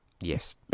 Yes